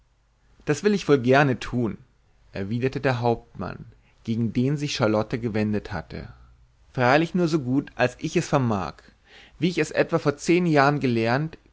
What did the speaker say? das will ich wohl gerne tun erwiderte der hauptmann gegen den sich charlotte gewendet hatte freilich nur so gut als ich es vermag wie ich es etwa vor zehn jahren gelernt